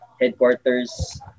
headquarters